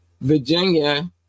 Virginia